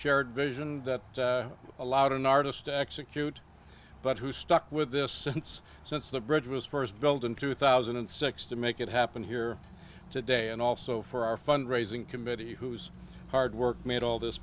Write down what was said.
shared vision that allowed an artist to execute but who stuck with this since since the bridge was first built in two thousand and six to make it happen here today and also for our fund raising committee whose hard work made all this